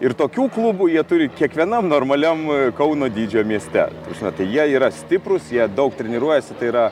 ir tokių klubų jie turi kiekvienam normaliam kauno dydžio mieste ta prasme tai jie yra stiprūs jie daug treniruojasi tai yra